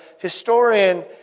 historian